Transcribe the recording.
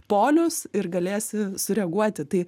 polius ir galėsi sureaguoti tai